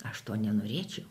aš to nenorėčiau